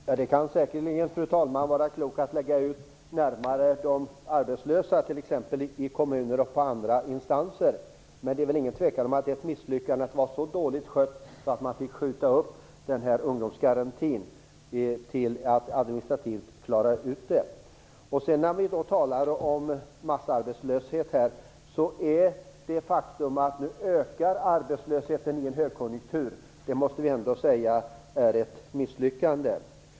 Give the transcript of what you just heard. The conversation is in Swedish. Fru talman! Det kan säkert vara klokt att lägga ut detta närmare de arbetslösa, t.ex. till kommuner och andra instanser. Men det är väl ingen tvekan om att det är ett misslyckande att man fick skjuta upp ungdomsgarantin för att administrativt klara ut det. När vi talar om massarbetslöshet är det ett faktum att arbetslösheten ökar i en högkonjunktur. Det måste vi ändå kunna säga är ett misslyckande.